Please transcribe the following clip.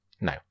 no